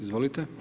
Izvolite.